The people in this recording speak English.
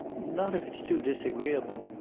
not if it's too disagreeable.